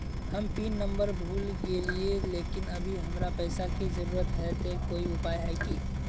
हम pin number भूल गेलिये लेकिन अभी हमरा पैसा के जरुरत है ते कोई उपाय है की?